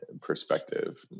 perspective